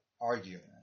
argument